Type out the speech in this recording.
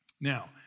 Now